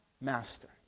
master